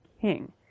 king